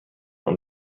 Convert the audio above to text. und